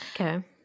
Okay